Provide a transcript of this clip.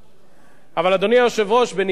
אבל, אדוני היושב-ראש, בניגוד לאופוזיציה,